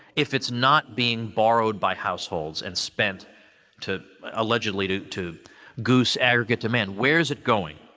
if it's not being borrowed by households and spent to allegedly to to goose aggregate demand? where's it going?